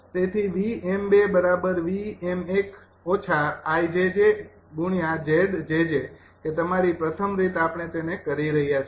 તેથી કે તમારી પ્રથમ રીત આપણે તેને કરી રહ્યાં છીએ